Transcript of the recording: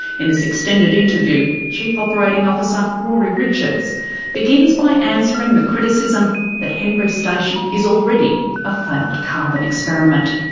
in this extended interview, chief operating officer, rory richards begins by answering the criticism that henbury station is already a failed carbon experiment.